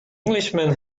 englishman